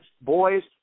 Boys